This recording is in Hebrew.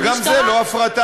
וגם זה לא הפרטה.